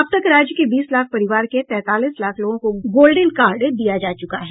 अब तक राज्य के बीस लाख परिवार के तैंतालीस लाख लोगों को गोल्डन कार्ड दिया जा चुका है